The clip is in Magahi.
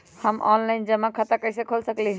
हम ऑनलाइन जमा खाता कईसे खोल सकली ह?